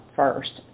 first